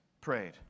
prayed